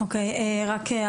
אוקי, קודם כל א'